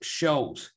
shows